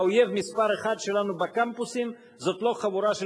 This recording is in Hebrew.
האויב מספר אחת שלנו בקמפוסים זה לא חבורה של